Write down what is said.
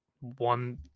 one